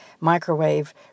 microwave